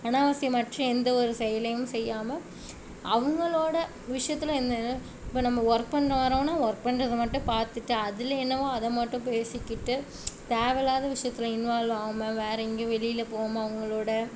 அனாவசியமற்ற எந்த ஒரு செயலையும் செய்யாமல் அவங்களோட விஷயத்துல என்ன இது இப்போ நம்ம ஒர்க் பண்ண வரோம்னால் ஒர்க் பண்ணுறது மட்டும் பார்த்துட்டு அதில் என்னவோ அதை மட்டும் பேசிக்கிட்டு தேவை இல்லாத விஷயத்துல இன்வால்வ் ஆகாம வேறு எங்கேயும் வெளியில் போகாம அவங்களோட